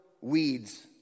weeds